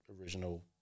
original